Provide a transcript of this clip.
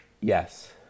Yes